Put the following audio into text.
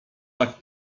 tak